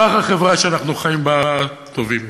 כך החברה שאנחנו חיים בה טובה יותר.